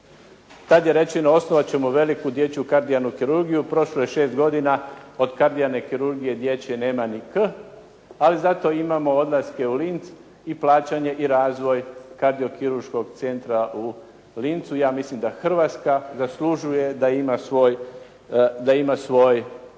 tada je rečeno osnovati ćemo veliku dječju kardijalnu kirurgiju, prošlo je šest godina, od kardijalne kirurgije dječje nema ni K, ali zato imamo odlaske u Linz i plaćanje i razvoj kardiokirurškog centra u Linzu. Ja mislim da Hrvatska zaslužuje da ima svoj kardiokirurški